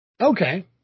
Okay